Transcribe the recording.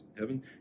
heaven